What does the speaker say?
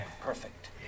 Perfect